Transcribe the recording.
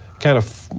kind of,